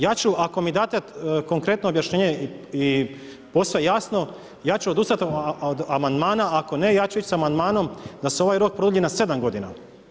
Ja ću ako mi date konkretno objašnjenje posve jasno, ja ću odustati od amandmana, a ako ne, ja ću ići sa amandmanom da se ovaj rok produlji na 7 godina.